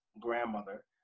grandmother